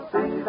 See